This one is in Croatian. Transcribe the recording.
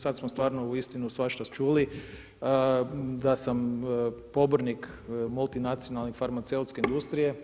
Sada smo stvarno uistinu svašta čuli, da sam pobornik multinacionalne farmaceutske industrije.